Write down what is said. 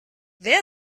wer